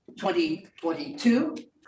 2022